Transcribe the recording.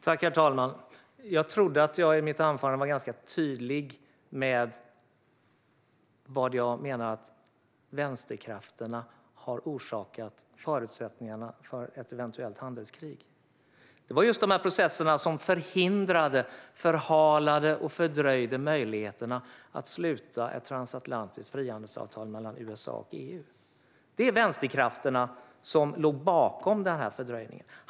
Herr talman! Jag trodde att jag i mitt anförande var ganska tydlig med vad jag menar. Vänsterkrafterna har orsakat förutsättningarna för ett eventuellt handelskrig. Det handlar om processerna som förhindrade, förhalade och fördröjde möjligheterna att sluta ett transatlantiskt frihandelsavtal mellan USA och EU. Det var vänsterkrafterna som låg bakom den här fördröjningen.